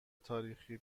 تاریخی